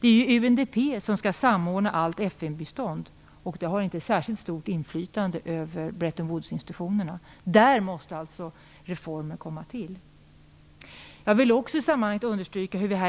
Det är UNDP som skall samordna allt FN-bistånd, men UNDP har inte särskilt stort inflytande över Bretton Woods institutionerna. Där måste alltså reformer komma till stånd. Jag vill också i sammanhanget understryka en tredje sak.